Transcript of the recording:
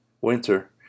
winter